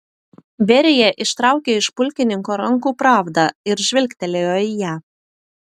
berija ištraukė iš pulkininko rankų pravdą ir žvilgtelėjo į ją